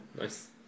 Nice